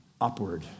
upward